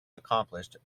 accomplished